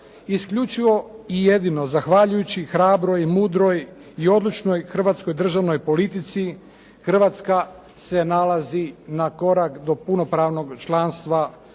isključivo i jedino zahvaljujući hrabroj i mudroj i odlučnoj hrvatskoj državnoj politici Hrvatska se nalazi na korak do punopravnog članstva u NATO-u.